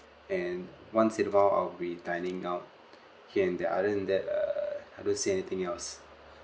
and once in a while I'll be dining out okay and the other than that err I don't see anything else